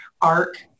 arc